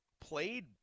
played